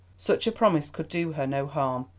such a promise could do her no harm,